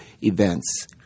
events